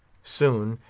soon,